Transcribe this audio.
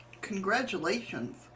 congratulations